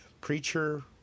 preacher